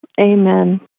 Amen